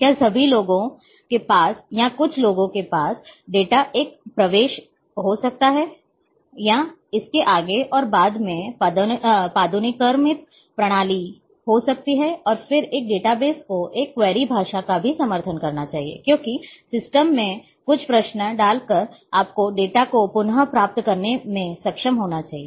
क्या सभी लोगों के पास या कुछ लोगों के पास डेटा तक प्रवेश हो सकती है या इसके आगे और बाद में पदानुक्रमित प्रणाली हो सकती है और फिर एक डेटाबेस को एक क्वेरी भाषा का भी समर्थन करना चाहिए क्योंकि सिस्टम में कुछ प्रश्न डालकर आपको डेटा को पुनः प्राप्त करने में सक्षम होना चाहिए